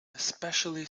especially